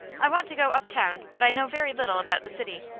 i want to go uptown, but i know very little about the city.